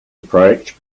approach